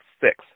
six